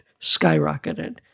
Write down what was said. skyrocketed